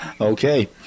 Okay